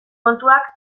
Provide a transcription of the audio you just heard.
kontuak